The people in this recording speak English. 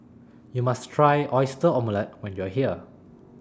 YOU must Try Oyster Omelette when YOU Are here